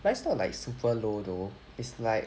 but it's not like super low though is like